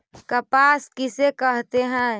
कपास किसे कहते हैं?